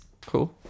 Cool